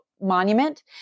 Monument